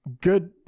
good